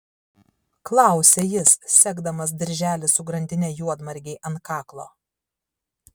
klausia jis segdamas dirželį su grandine juodmargei ant kaklo